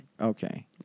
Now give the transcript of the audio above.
Okay